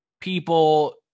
people